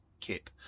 Kip